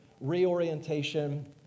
reorientation